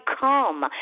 come